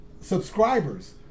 subscribers